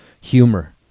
humor